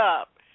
up